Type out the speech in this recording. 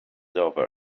over